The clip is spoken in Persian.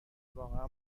واقعا